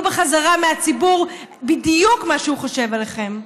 בחזרה מהציבור בדיוק מה שהוא חושב עליכם.